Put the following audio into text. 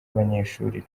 abanyeshuri